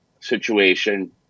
situation